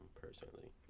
personally